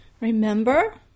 Remember